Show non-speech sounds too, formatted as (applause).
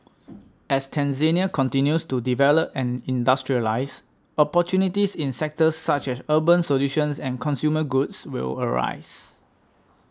(noise) as Tanzania continues to develop and industrialise opportunities in sectors such as urban solutions and consumer goods will arise